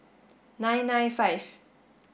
nine nine five